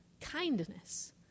kindness